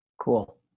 Cool